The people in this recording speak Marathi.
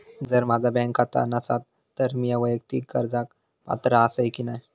जर माझा बँक खाता नसात तर मीया वैयक्तिक कर्जाक पात्र आसय की नाय?